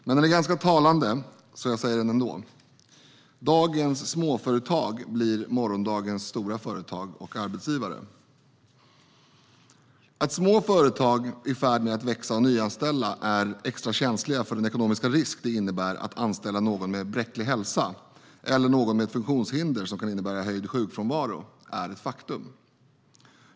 Men den är ganska talande, så jag säger den ändå: Dagens små företag blir morgondagens stora företag och arbetsgivare. Att små företag i färd med att växa och nyanställa är extra känsliga för den ekonomiska risk det innebär att anställa någon med bräcklig hälsa eller någon med ett funktionshinder som kan innebära större sjukfrånvaro är ett faktum.